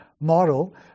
model